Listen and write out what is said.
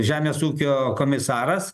žemės ūkio komisaras